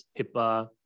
HIPAA